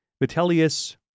Vitellius